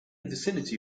vicinity